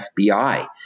FBI